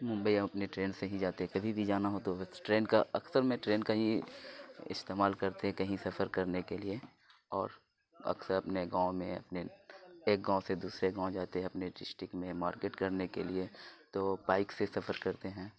ممبئی ہم اپنی ٹرین سے ہی جاتے ہیں کبھی بھی جانا ہو تو اس ٹرین کا اکثر میں ٹرین کا ہی استعمال کرتے ہیں کہیں سفر کرنے کے لیے اور اکثر اپنے گاؤں میں اپنے ایک گاؤں سے دوسرے گاؤں جاتے ہیں اپنے ڈشٹک میں مارکیٹ کرنے کے لیے تو بائک سے سفر کرتے ہیں